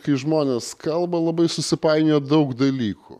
kai žmonės kalba labai susipainioja daug dalykų